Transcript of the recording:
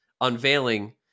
unveiling